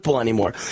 anymore